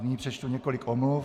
Nyní přečtu několik omluv.